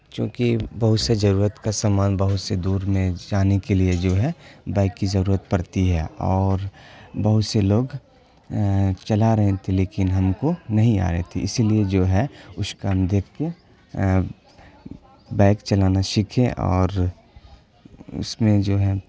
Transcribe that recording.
چونکہ بہت سے ضرورت کا سامان بہت سے دور میں جانے کے لیے جو ہے بائک کی ضرورت پڑتی ہے اور بہت سے لوگ چلا رہے تھے لیکن ہم کو نہیں آ رہی تھی اسی لیے جو ہے اس کا ہم دیکھ کے بائک چلانا سیکھیں اور اس میں جو ہے